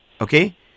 okay